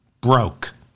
broke